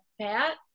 Pat